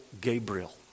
Gabriel